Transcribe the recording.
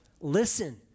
listen